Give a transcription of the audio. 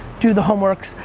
do the homeworks.